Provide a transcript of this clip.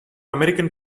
american